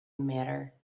matter